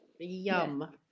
yum